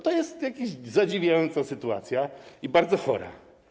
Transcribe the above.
To jest jakaś zadziwiająca sytuacja i bardzo chora.